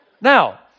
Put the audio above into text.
Now